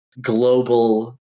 global